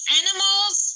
animals